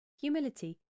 humility